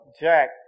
Jack